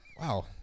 Wow